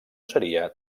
seria